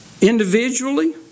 individually